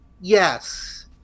Yes